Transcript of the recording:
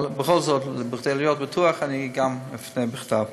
אבל בכל זאת, כדי להיות בטוח אני גם אפנה בכתב.